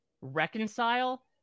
reconcile